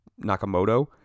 Nakamoto